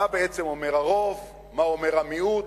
מה בעצם אומר הרוב, מה אומר המיעוט,